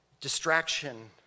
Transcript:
distraction